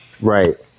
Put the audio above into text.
Right